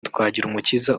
twagirumukiza